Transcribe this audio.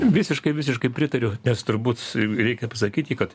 visiškai visiškai pritariu nes turbūt reikia pasakyti kad